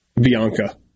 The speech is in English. Bianca